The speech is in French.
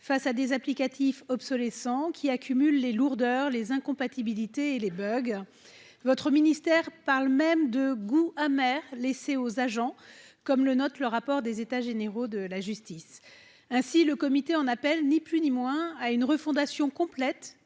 face à des applicatifs obsolescence qui accumule les lourdeurs les incompatibilités et les bug votre ministère parle même de goût amer laissé aux agents, comme le note le rapport des états généraux de la justice ainsi le comité en appel, ni plus ni moins à une refondation complète